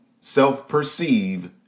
self-perceive